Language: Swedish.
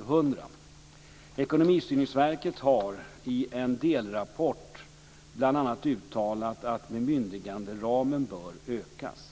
2000. Ekonomistyrningsverket har i en delrapport bl.a. uttalat att bemyndiganderamen bör ökas.